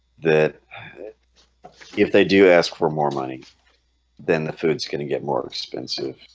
that if they do ask for more money then the food's gonna get more expensive,